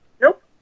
Nope